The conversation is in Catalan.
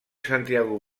santiago